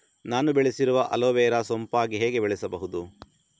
ನಾನು ಬೆಳೆಸಿರುವ ಅಲೋವೆರಾ ಸೋಂಪಾಗಿ ಹೇಗೆ ಬೆಳೆಸಬಹುದು?